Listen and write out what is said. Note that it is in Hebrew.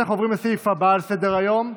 הבא על סדר-היום,